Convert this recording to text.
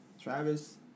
Travis